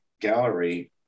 gallery